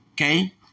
okay